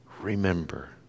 Remember